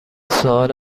سوال